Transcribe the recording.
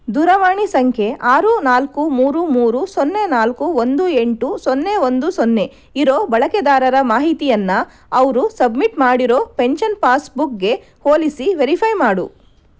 ದೂರವಾಣಿ ಸಂಖ್ಯೆ ಆರು ನಾಲ್ಕು ಮೂರು ಮೂರು ಸೊನ್ನೆ ನಾಲ್ಕು ಒಂದು ಎಂಟು ಸೊನ್ನೆ ಒಂದು ಸೊನ್ನೆ ಇರೋ ಬಳಕೆದಾರರ ಮಾಹಿತಿಯನ್ನು ಅವರು ಸಬ್ಮಿಟ್ ಮಾಡಿರೋ ಪೆನ್ಷನ್ ಪಾಸ್ಬುಕ್ಗೆ ಹೋಲಿಸಿ ವೆರಿಫೈ ಮಾಡು